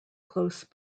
close